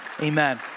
Amen